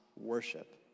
worship